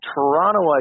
Toronto